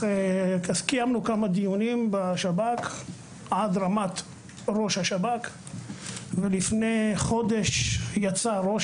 קיימנו בשב"כ מספר דיונים עד רמת ראש השב"כ ולפני חודש יצא ראש